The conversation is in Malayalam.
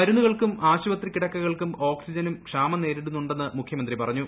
മരുന്നുകൾക്കും ആശുപത്രി കിടക്കകൾക്കും ഓക്സിജനും ക്ഷാമം നേരിടുന്നുണ്ടെന്ന് മുഖ്യമന്ത്രി പറഞ്ഞു